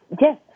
Yes